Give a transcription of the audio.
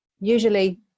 usually